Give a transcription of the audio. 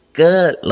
good